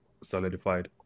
solidified